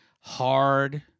hard